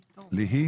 ליהי.